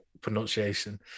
pronunciation